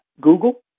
Google